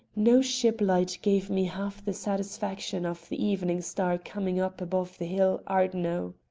no ship-light gave me half the satisfaction of the evening star coming up above the hill ardno.